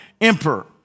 emperor